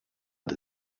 der